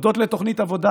הודות לתוכנית עבודה,